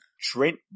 Trent